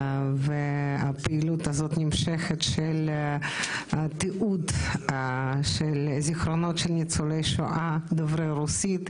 והפעילות הזאת של התיעוד של זכרונות ניצולי שואה דוברי רוסית נמשכת.